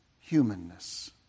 humanness